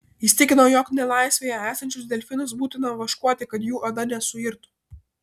jis tikino jog nelaisvėje esančius delfinus būtina vaškuoti kad jų oda nesuirtų